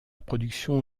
production